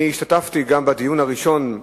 אני השתתפתי גם בדיון הראשון,